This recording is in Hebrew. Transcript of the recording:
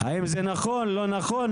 האם זה נכון או לא נכון,